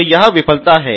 तो यह विफलता है